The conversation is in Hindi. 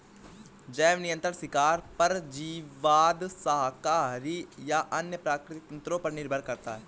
जैव नियंत्रण शिकार परजीवीवाद शाकाहारी या अन्य प्राकृतिक तंत्रों पर निर्भर करता है